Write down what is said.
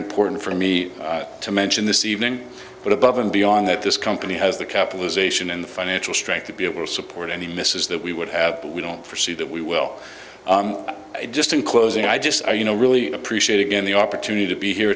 important for me to mention this evening but above and beyond that this company has the capitalization and the financial strength to be able to support any misses that we would have that we don't forsee that we will just in closing i just i you know really appreciate again the opportunity to be here